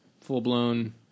full-blown